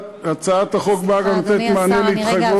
הצעת החוק באה ונותנת מענה והתחייבות,